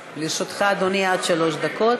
לרשותך, אדוני, עד שלוש דקות.